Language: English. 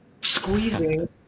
squeezing